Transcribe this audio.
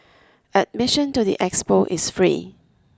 admission to the expo is free